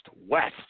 West